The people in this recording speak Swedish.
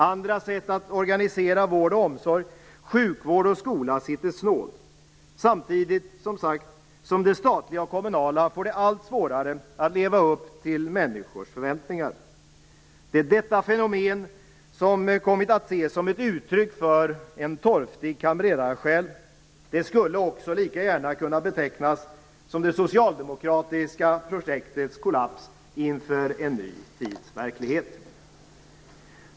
Andra sätt att organisera vård, omsorg, sjukvård och skola sitter snålt, samtidigt som det statliga och kommunala, som sagt, får allt svårare att leva upp till människors förväntningar. Det är detta fenomen som kommit att ses som ett uttryck för en torftig kamrerarsjäl. Det skulle också lika gärna kunna betecknas som det socialdemokratiska projektets kollaps inför en ny tids verklighet.